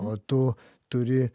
o tu turi